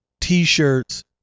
T-shirts